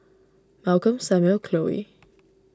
Malcolm Samuel Khloe